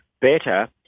better